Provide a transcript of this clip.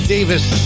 Davis